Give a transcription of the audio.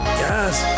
yes